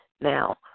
now